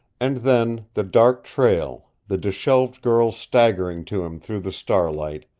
and then the dark trail the disheveled girl staggering to him through the starlight,